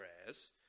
prayers